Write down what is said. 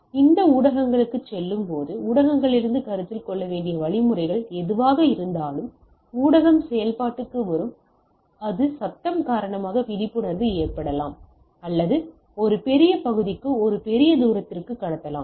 அது ஊடகங்களுக்குச் செல்லும்போது ஊடகங்களிலிருந்து கருத்தில் கொள்ள வேண்டிய வழிமுறைகள் எதுவாக இருந்தாலும் ஊடகம் செயல்பாட்டுக்கு வரும் அது சத்தம் காரணமாக விழிப்புணர்வு ஏற்படலாம் அல்லது ஒரு பெரிய பகுதிக்கு ஒரு பெரிய தூரத்திற்கு கடத்தலாம்